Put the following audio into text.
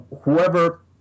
...whoever